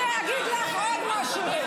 אני אגיד לך עוד משהו: